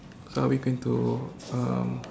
so are we going to um